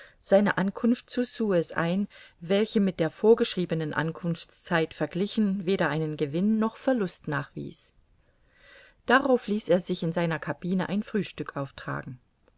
seine ankunft zu suez ein welche mit der vorgeschriebenen ankunftszeit verglichen weder einen gewinn noch verlust nachwies darauf ließ er sich in seiner cabine ein frühstück auftragen